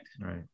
Right